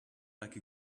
like